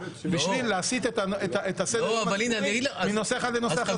בשביל להסיט את סדר-היום הציבורי מנושא אחד לנושא אחר.